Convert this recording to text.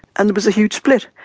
and there was a huge split.